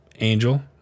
Angel